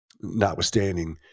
notwithstanding